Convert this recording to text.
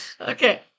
Okay